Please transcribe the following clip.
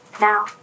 now